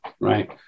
right